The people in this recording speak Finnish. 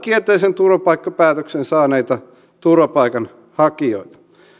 kielteisen turvapaikkapäätöksen saaneita turvapaikanhakijoita